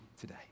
today